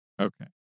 Okay